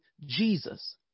Jesus